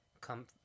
come